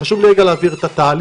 חשוב לי להבהיר את התהליך,